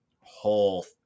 whole